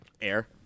Air